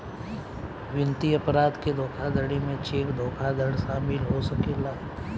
वित्तीय अपराध के धोखाधड़ी में चेक धोखाधड़ शामिल हो सकेला